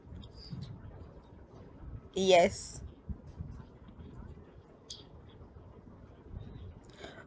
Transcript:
yes